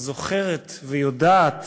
זוכרת ויודעת